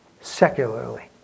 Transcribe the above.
secularly